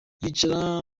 yicara